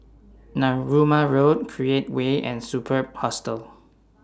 Narooma Road Create Way and Superb Hostel